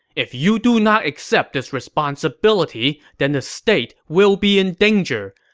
if you do not accept this responsibility, then the state will be in danger!